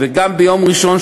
וגם ביום ראשון,